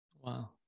Wow